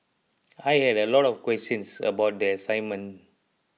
I had a lot of questions about the assignment